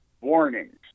warnings